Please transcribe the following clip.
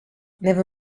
never